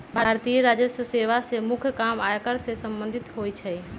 भारतीय राजस्व सेवा के मुख्य काम आयकर से संबंधित होइ छइ